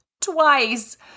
Twice